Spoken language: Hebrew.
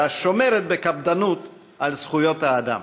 ושומרת בקפדנות על זכויות האדם.